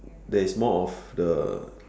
there is most of the